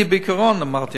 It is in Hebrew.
אני בעיקרון אמרתי,